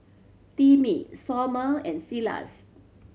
Timmy Somer and Silas